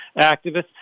activists